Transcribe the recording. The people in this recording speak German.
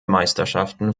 meisterschaften